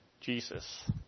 Jesus